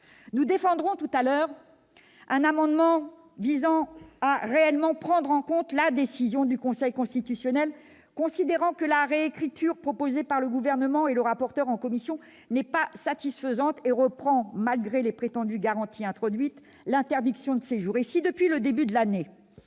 Nous défendrons tout à l'heure un amendement visant à réellement prendre en compte la décision du Conseil constitutionnel, considérant que la réécriture proposée par le Gouvernement et par le rapporteur en commission n'est pas satisfaisante et reprend, malgré les prétendues garanties introduites, l'interdiction de séjour. Et si, depuis le début de l'année,